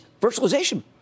virtualization